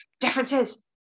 differences